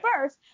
first